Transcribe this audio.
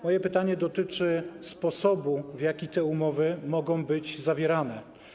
Moje pytanie dotyczy sposobu, w jaki te umowy mogą być zawierane.